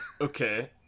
Okay